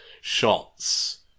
shots